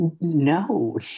No